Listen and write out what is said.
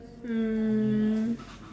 mm